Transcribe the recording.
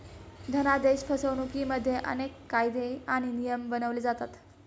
धनादेश फसवणुकिमध्ये अनेक कायदे आणि नियम बनवले जातात